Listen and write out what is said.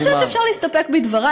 אני חושבת שאפשר להסתפק בדברי.